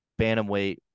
bantamweight